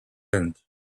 end